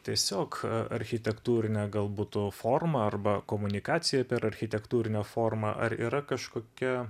tiesiog architektūrinę galbūt formą arba komunikaciją per architektūrinę formą ar yra kažkokia